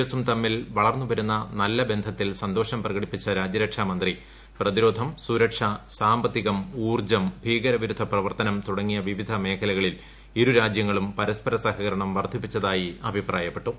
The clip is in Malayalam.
എസ്സും തെമ്മിൽ വളർന്നുവരുന്ന നല്ല ബന്ധത്തിൽ സന്തോഷം പ്രകടിപ്പിച്ച രാജ്യരക്ഷാ മന്ത്രി പ്രതിരോധം സുരക്ഷ സാമ്പത്തികം ഉൌർജ്ജം ഭീകരവിരുദ്ധ പ്രവർത്തനം തുടങ്ങിയ വിവിധ മേഖലകളിൽ ഇരുരാജ്യങ്ങളും പരസ്പര സഹകരണം വർദ്ധിപ്പിച്ചതായി അഭിപ്രായപ്പെട്ടു